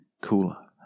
cooler